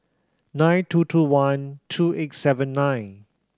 nine two two one two eight seven nine